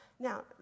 Now